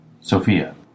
Sophia